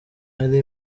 ari